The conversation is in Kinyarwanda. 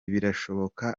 birashoboka